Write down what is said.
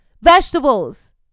vegetables